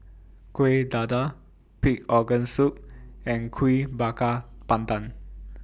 Kueh Dadar Pig Organ Soup and Kuih Bakar Pandan